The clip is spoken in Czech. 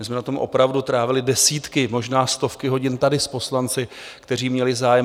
My jsme na tom opravdu trávili desítky, možná stovky, hodin tady s poslanci, kteří měli zájem.